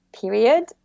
period